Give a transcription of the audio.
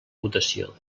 votació